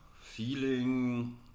feeling